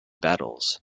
battles